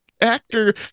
actor